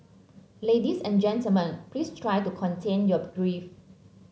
ladies and gentlemen please try to contain your grief